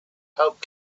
helped